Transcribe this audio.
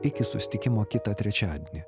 iki susitikimo kitą trečiadienį